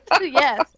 Yes